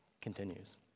continues